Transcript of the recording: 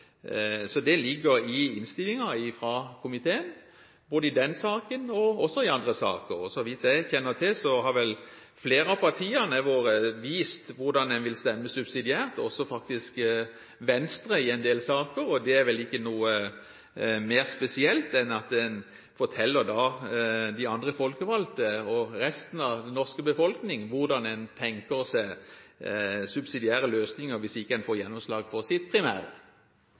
Så vidt jeg kjenner til, har flere av partiene vist hvordan en vil stemme subsidiært – også Venstre faktisk – i en del saker, og det er vel ikke noe mer spesielt enn at en forteller de andre folkevalgte, og resten av den norske befolkning, hvordan en tenker seg subsidiære løsninger hvis en ikke får gjennomslag for sitt primære